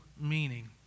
meaning